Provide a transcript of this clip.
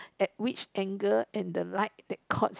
at which angle and the light that caught